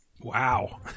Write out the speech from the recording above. wow